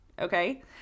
okay